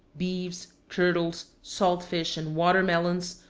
beeves, turtles, salt fish, and water-melons,